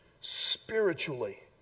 spiritually